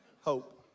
hope